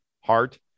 heart